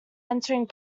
entering